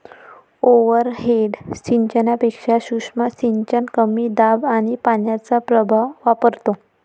overhead सिंचनापेक्षा सूक्ष्म सिंचन कमी दाब आणि पाण्याचा प्रवाह वापरतो